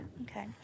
Okay